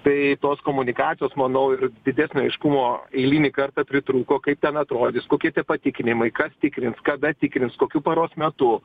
kai tos komunikacijos manau didesnio aiškumo eilinį kartą pritrūko kaip ten atrodys kokie tie patikinimai kad tikrins kada tikrins kokiu paros metu